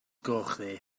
gochddu